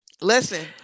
Listen